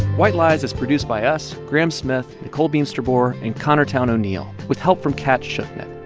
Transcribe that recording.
white lies is produced by us, graham smith, nicole beemsterboer and connor towne o'neill, with help from cat schuknecht.